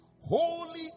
holy